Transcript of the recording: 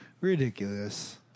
ridiculous